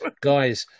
guys